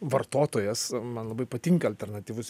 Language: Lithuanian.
vartotojas man labai patinka alternatyvusis